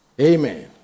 Amen